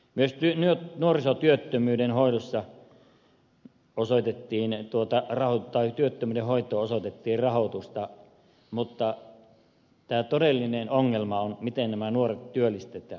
myös nuorisotyöttömyyden hoitoon osoitettiin ennen tuota rahaa tai työttömine hoito rahoitusta mutta tämä todellinen ongelma on miten nämä nuoret työllistetään